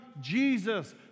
Jesus